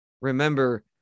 remember